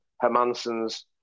Hermansen's